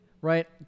right